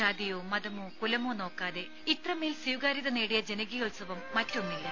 ജാതിയോ മതമോ കുലമോ നോക്കാതെ ഇത്രമേൽ സ്വീകാര്യത നേടിയ ജനകീയോത്സവം മറ്റൊന്നില്ല